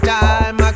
time